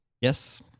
Yes